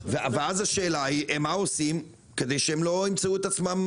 השאלה היא: מה עושים כדי שהם לא ימצאו את עצמם,